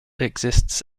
exists